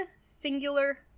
singular